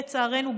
לצערנו,